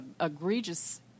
egregious